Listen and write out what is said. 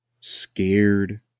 scared